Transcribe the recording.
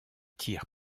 tire